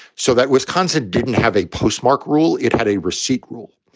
so that wisconsin didn't have a postmark rule. it had a receipt rule.